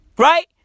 Right